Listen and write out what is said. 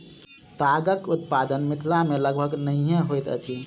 तागक उत्पादन मिथिला मे लगभग नहिये होइत अछि